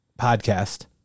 podcast